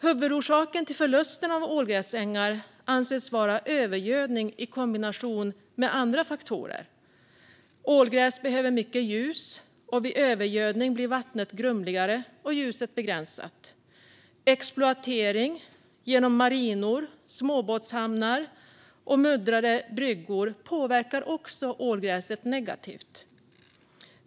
Huvudorsaken till förlusten av ålgräsängar anses vara övergödning i kombination med andra faktorer. Ålgräs behöver mycket ljus, och vid övergödning blir vattnet grumligare och ljuset begränsat. Exploatering genom marinor, småbåtshamnar och muddrade bryggor påverkar också ålgräset negativt.